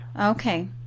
Okay